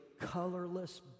colorless